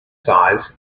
size